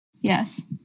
Yes